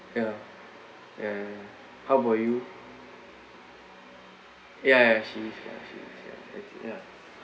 ya ya ya ya how about you ya ya she is ya she is ya